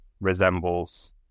resembles